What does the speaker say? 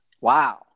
Wow